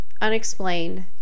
Unexplained